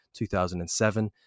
2007